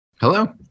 hello